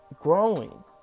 growing